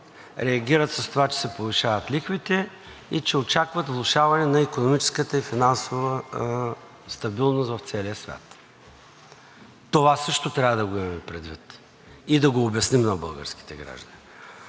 реагират с това, че се повишават лихвите и че очакват влошаване на икономическата и финансовата стабилност в целия свят. Това също трябва да го имаме предвид и да го обясним на българските граждани.